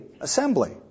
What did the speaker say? assembly